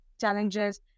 challenges